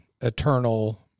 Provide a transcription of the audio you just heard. eternal